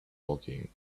woking